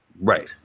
Right